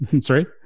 sorry